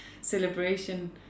celebration